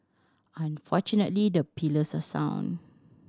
and fortunately the pillars are sound